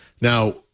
now